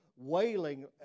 wailing